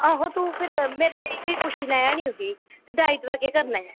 आहो तू फिर मेरे लेई बी पुच्छी लैआं ना उसी ते डाईट दा केह् करना ऐ